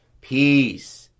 Peace